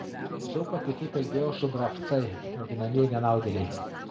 daug apie tai kalbėjo šubravcai vadinamieji nenaudėliai